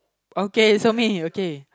okay show me okay